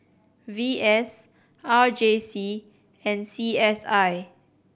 V S R J C and C S I